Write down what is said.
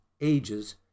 ages